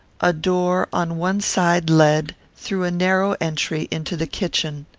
a door on one side led, through a narrow entry, into the kitchen.